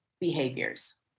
behaviors